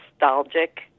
nostalgic